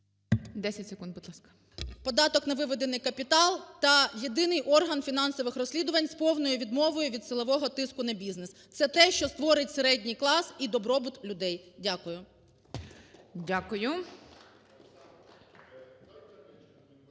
10 секунд, будь ласка. ОСТРІКОВА Т.Г. …податок на виведений капітал та єдиний орган фінансових розслідувань з повною відмовою від силового тиску на бізнес. Це те, що створить середній клас і добробут людей. Дякую.